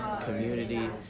community